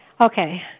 okay